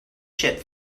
ship